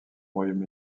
royaume